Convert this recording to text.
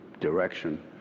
direction